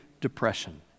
depression